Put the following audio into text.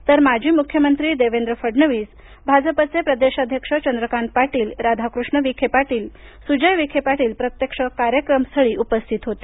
तर माजी मुख्यमंत्री देवेंद्र फडणवीस भाजपचे प्रदेशाध्यक्ष चंद्रकांत पाटील राधाकृष्ण विखे पाटील सुजय विखे पाटील प्रत्यक्ष कार्यक्रमस्थळी उपस्थित होते